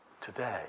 today